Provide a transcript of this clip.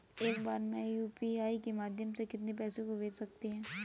एक बार में यू.पी.आई के माध्यम से कितने पैसे को भेज सकते हैं?